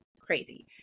crazy